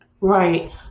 Right